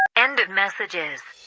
end of messages